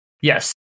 Yes